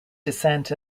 descent